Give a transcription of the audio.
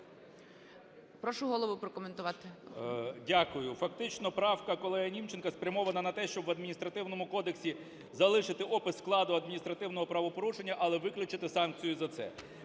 Прошу голову прокоментувати. 11:09:20 КНЯЖИЦЬКИЙ М.Л. Дякую. Фактично правка колеги Німченка спрямована на те, щоб в Адміністративному кодексі залишити опис складу адміністративного правопорушення, але виключити санкцію за це.